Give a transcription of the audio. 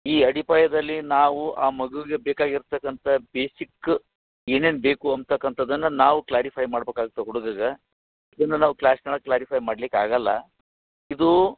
ಈ ಅಡಿಪಾಯದಲ್ಲಿ ನಾವು ಆ ಮಗುವಿಗೆ ಬೇಕಾಗಿರತಕ್ಕಂಥ ಬೇಸಿಕ್ ಏನೇನು ಬೇಕು ಅಂತಕ್ಕಂಥದ್ದನ್ನು ನಾವು ಕ್ಲಾರಿಫೈ ಮಾಡ್ಬೇಕಾಗ್ತದೆ ಹುಡ್ಗಗೆ ಇನ್ನು ನಾವು ಕ್ಲಾಸಿನೊಳಗೆ ಕ್ಲಾರಿಫೈ ಮಾಡ್ಲಿಕ್ಕೆ ಆಗೋಲ್ಲ ಇದು